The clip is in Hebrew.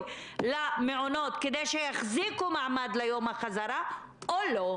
למעונות כדי שיחזיקו מעמד ליום החזרה או לא?